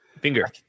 finger